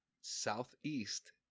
Southeast